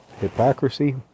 hypocrisy